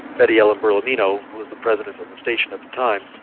betty ellen berlamino, who was the president of the station at the time,